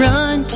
Run